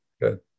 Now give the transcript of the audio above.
good